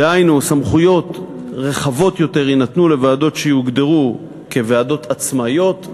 דהיינו סמכויות רחבות יותר יינתנו לוועדות שיוגדרו ועדות עצמאיות,